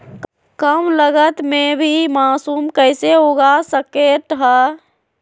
कम लगत मे भी मासूम कैसे उगा स्केट है?